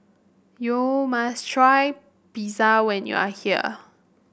you must try Pizza when you are here